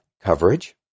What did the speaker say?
coverage